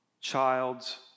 child's